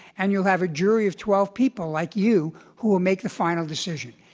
and you'll have a jury of twelve people like you who will make the final decision.